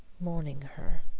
mourning her.